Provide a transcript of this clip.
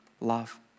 love